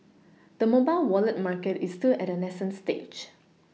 the mobile Wallet market is still at a nascent stage